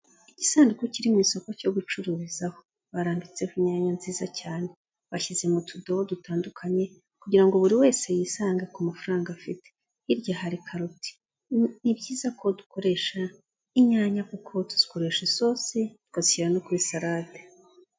Igisanduku kiri mu isoko cyo gucuruzaho, barambitse ku imyanya nziza cyane, bashyize mu tudobo dutandukanye, kugira ngo buri wese yisange ku mafaranga afite. Hirya hari karoti. Ni byiza ko dukoresha, inyanya kuko tuzikoresha isosi, tukazishyira no kuri sarade.